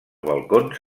balcons